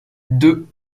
deux